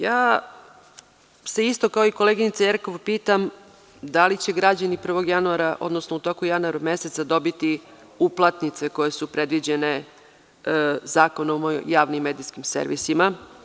Ja se isto kao i koleginica Jerkov pitam da li će građani od 1. januara, odnosno u toku januara meseca, dobiti uplatnice koje su predviđene Zakonom o javnim medijskim servisima?